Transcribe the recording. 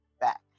back